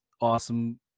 awesome